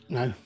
no